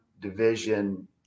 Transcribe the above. division